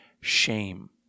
shame